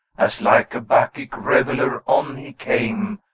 as like a bacchic reveler on he came,